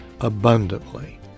abundantly